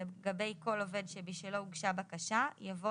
לגבי כל עובד שבשלו הוגשה בקשה" יבוא